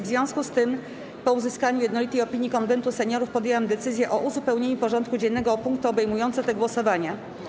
W związku z tym, po uzyskaniu jednolitej opinii Konwentu Seniorów, podjęłam decyzję o uzupełnieniu porządku dziennego o punkty obejmujące te głosowania.